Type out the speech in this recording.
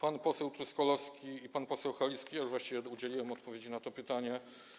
Pan poseł Truskolaski i pan poseł Halicki - ja już właściwie udzieliłem odpowiedzi na to pytanie.